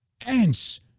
Ants